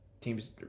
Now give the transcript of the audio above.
teams